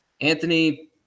Anthony